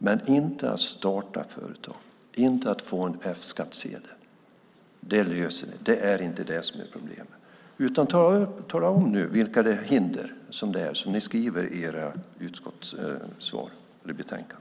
Men det är inte att starta företag, inte att få en F-skattsedel. Det löser vi. Det är inte det som är problemet. Tala om nu vilka hinder det är som ni skriver om i ert utskottsbetänkande!